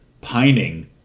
pining